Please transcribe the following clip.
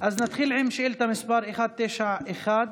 נתחיל עם שאילתה מס' 191,